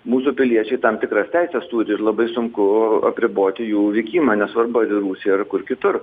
mūsų piliečiai tam tikras teises turi ir labai sunku apriboti jų vykimą nesvarbu ar į rusiją ar kur kitur